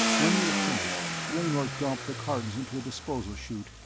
when they had finished, raynor dumped the cartons into a disposal chute,